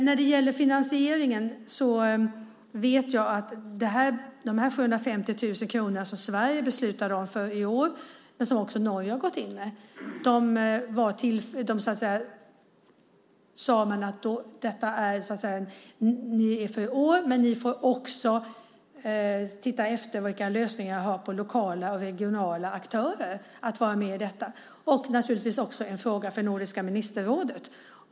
När det gäller finansieringen vet jag att de 750 000 kronor som Sverige beslutat om, ett belopp som också Norge har gått in med, är för i år. Men man får också söka lösningar hos lokala och regionala aktörer när det gäller att vara med och finansiera. Det är naturligtvis också en fråga för Nordiska ministerrådet.